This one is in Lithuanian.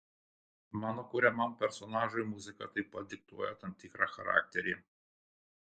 mano kuriamam personažui muzika taip pat diktuoja tam tikrą charakterį